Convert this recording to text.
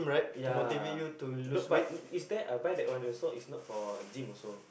ya no but is there I buy that one is not for gym also